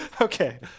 Okay